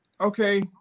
Okay